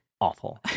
awful